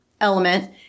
element